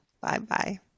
Bye-bye